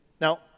Now